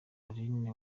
aline